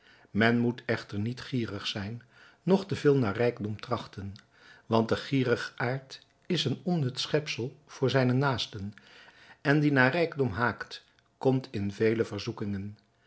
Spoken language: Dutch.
men moet echter niet gierig zijn noch te veel naar rijkdom trachten want de gierigaard is een onnut schepsel voor zijne naasten en die naar rijkdom haakt komt in vele verzoekingen